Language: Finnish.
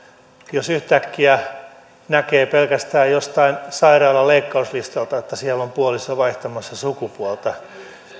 jos yhtäkkiä näkee pelkästään jostain sairaalan leikkauslistalta että siellä on puoliso vaihtamassa sukupuolta